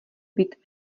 být